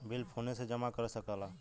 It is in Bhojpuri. बिल फोने से जमा कर सकला